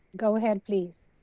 go ahead, please.